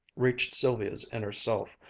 reached sylvia's inner self,